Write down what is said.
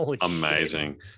amazing